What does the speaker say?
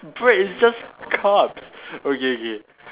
bread is just carbs okay okay